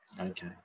Okay